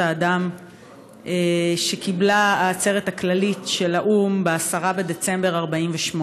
האדם שקיבלה העצרת הכללית של האו"ם ב-10 בדצמבר1948,